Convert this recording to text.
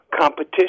competition